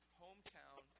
hometown